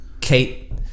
Kate